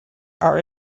are